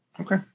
Okay